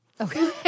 Okay